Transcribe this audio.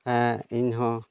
ᱦᱮᱸ ᱤᱧᱦᱚᱸ